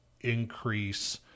increase